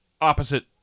opposite